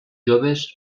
joves